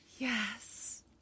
Yes